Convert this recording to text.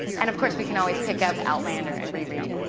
and of course we can always pick up outlander and reread,